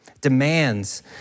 demands